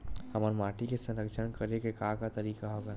हमर माटी के संरक्षण करेके का का तरीका हवय?